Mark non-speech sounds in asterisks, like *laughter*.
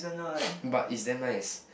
*noise* but is damn nice